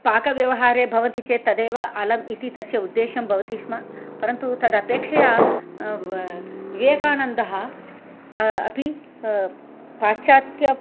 पाकव्यवहारे भवति चेत् तदेव अलम् इति तस्य उद्देश्यं भवति स्म परन्तु तदपेक्षया विवेकानन्दः अपि पाश्चात्य